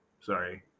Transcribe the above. Sorry